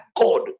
God